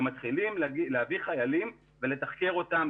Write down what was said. הם מתחילים להביא חיילים ולתחקר אותם,